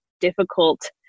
difficult